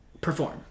perform